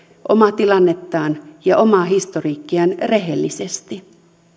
omaa tilannettaan ja omaa historiikkiaan rehellisesti